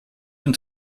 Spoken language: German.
den